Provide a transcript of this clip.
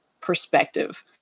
perspective